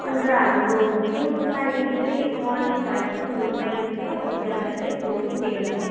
अन्त हाम्रो gym timing चाहिँ मर्निङ फाइभ टू इलेभेन छ बेलुका चाहिँ फोर टू टेन छ